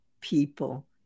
people